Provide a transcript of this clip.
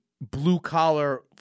blue-collar